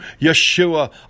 Yeshua